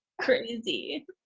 crazy